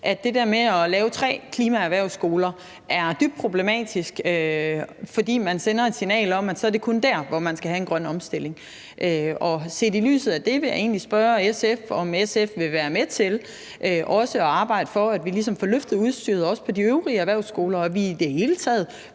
at det der med at lave tre klimaerhvervsskoler er dybt problematisk, fordi man sender et signal om, at så er det kun dér, man skal have en grøn omstilling. Og set i lyset af det vil jeg egentlig spørge SF, om SF vil være med til at arbejde for, at vi ligesom får løftet udstyret også på de øvrige erhvervsskoler, og at vi i det hele taget